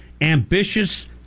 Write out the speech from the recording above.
ambitious